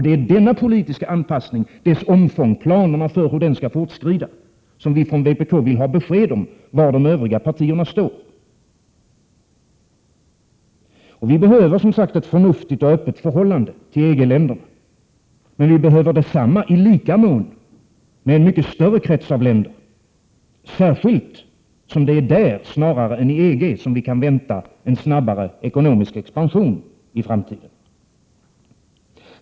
Det är denna politiska anpassning, dess omfång och planerna för hur den skall fortskrida, som vi från vpk vill ha besked om. Vi vill även veta var de övriga partierna står. Vi behöver som sagt ett förnuftigt och öppet förhållande till EG-länderna. Men detta förhållande behöver vi i samma mån även med en större krets av länder, särskilt eftersom det är i de övriga länderna, snarare än inom EG, som vi kan vänta en snabbare ekonomisk expansion i framtiden.